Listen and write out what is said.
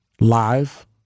live